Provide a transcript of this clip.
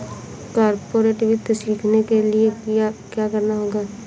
corporate वित्त सीखने के लिया क्या करना होगा